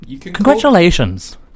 Congratulations